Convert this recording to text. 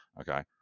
okay